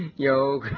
yo.